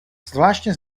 zvláště